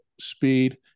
speed